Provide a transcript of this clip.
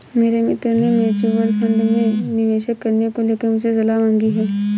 मेरे मित्र ने म्यूच्यूअल फंड में निवेश करने को लेकर मुझसे सलाह मांगी है